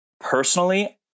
Personally